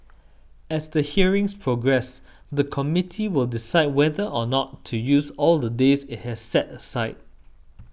as the hearings progress the Committee will decide whether or not to use all the days it has set aside